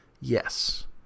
Yes